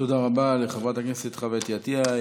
תודה רבה לחברת הכנסת חוה אתי עטייה.